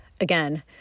again